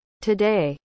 Today